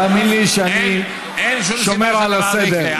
תאמין לי שאני שומר על הסדר.